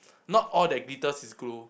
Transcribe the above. not all that glitters is gold